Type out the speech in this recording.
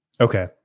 Okay